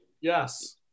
Yes